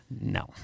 No